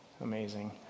Amazing